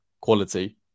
quality